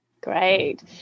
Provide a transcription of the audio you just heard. Great